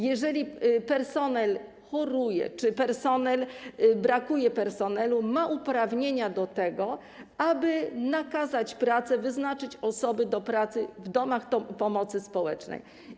Jeżeli personel choruje czy brakuje personelu, ma uprawnienia do tego, aby nakazać pracę, wyznaczyć osoby do pracy w domach pomocy społecznej.